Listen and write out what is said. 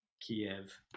kiev